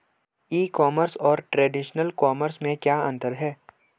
ई commerce और traditional commerce में क्या अंतर है?